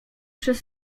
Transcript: przez